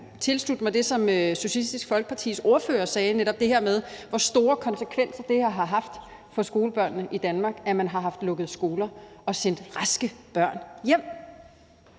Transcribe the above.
tilslutte mig det, som Socialistisk Folkepartis ordfører sagde, netop det her med, hvor store konsekvenser det har haft for skolebørnene i Danmark, at man har haft lukket skoler og sendt raske børn hjem.